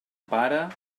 pare